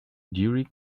during